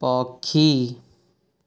ପକ୍ଷୀ